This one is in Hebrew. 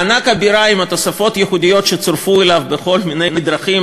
מענק הבירה עם התוספות הייחודיות שצורפו אליו בכל מיני דרכים,